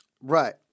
Right